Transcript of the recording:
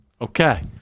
Okay